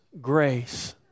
grace